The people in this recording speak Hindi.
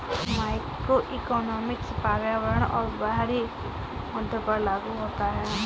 मैक्रोइकॉनॉमिक्स पर्यावरण और बाहरी मुद्दों पर लागू होता है